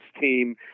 team